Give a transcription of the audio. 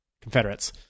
Confederates